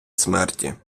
смерті